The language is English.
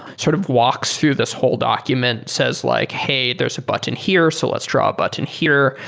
sort of walks through this whole document. says like, hey, there's a button here. so let's draw a button here.